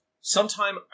Sometime